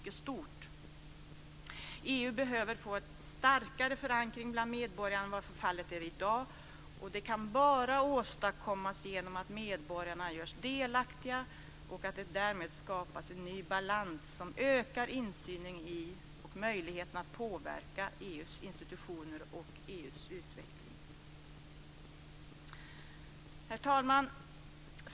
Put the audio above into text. EU behöver få en starkare förankring bland medborgarna än vad fallet är i dag, och det kan bara åstadkommas genom att medborgarna görs delaktiga och att det därmed skapas en ny balans som ökar insynen i och möjligheten att påverka EU:s institutioner och EU:s utveckling. Herr talman!